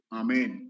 amen